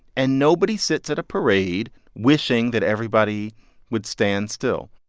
and nobody sits at a parade wishing that everybody would stand still